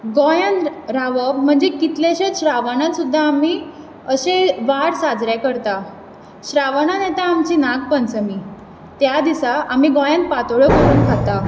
गोंयान रा रावप म्हणजे कितलेंशेच श्रावण सुद्दां आमी अशें वार साजरे करता श्रावणान येता आमची नागपंचमी त्या दिसा आमी गोयांन पातोळ्यो करून खाता